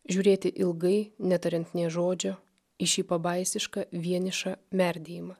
žiūrėti ilgai neturint nė žodžio į šį pabaisišką vienišą merdėjimą